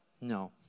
No